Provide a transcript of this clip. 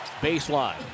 baseline